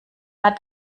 hat